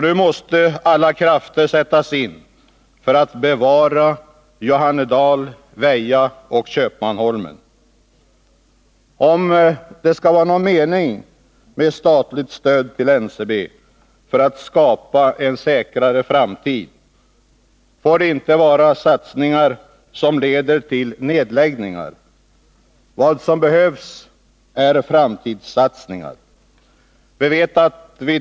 Nu måste alla krafter sättas in för att bevara Johannedal, Väja och Köpmanholmen. Om det skall vara någon mening med statligt stöd till NCB för att skapa en säkrare framtid, får det inte vara satsningar som leder till nedläggningar. Vad som behövs är framtidssatsningar.